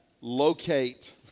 locate